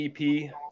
ep